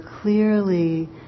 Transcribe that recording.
clearly